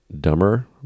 dumber